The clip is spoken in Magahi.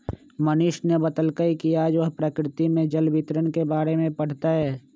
मनीष ने बतल कई कि आज वह प्रकृति में जल वितरण के बारे में पढ़ तय